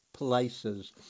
places